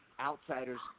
outsiders